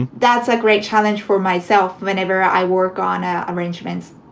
and that's a great challenge for myself. whenever i work on ah arrangements,